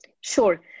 Sure